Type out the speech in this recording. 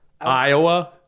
Iowa